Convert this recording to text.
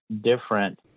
different